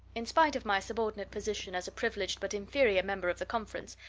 in spite of my subordinate position as a privileged but inferior member of the conference,